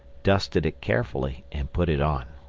dusted it carefully and put it on.